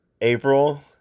April